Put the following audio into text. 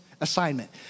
assignment